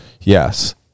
Yes